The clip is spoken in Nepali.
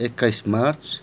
एक्काइस मार्च